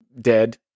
dead